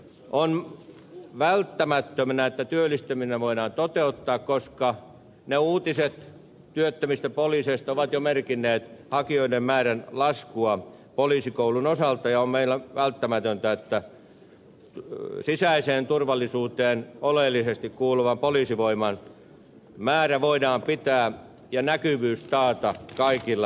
pidetään välttämättömänä että työllistyminen voidaan toteuttaa koska uutiset työttömistä poliiseista ovat jo merkinneet hakijoiden määrän laskua poliisikoulun osalta ja meille on välttämätöntä että sisäiseen turvallisuuteen oleellisesti kuuluvan poliisivoiman määrä voidaan pitää ja näkyvyys taata kaikilla alueilla